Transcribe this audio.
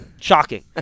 Shocking